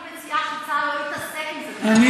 אני מציעה שצה"ל לא יתעסק עם זה בכלל.